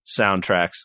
soundtracks